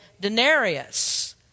denarius